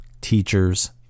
teachers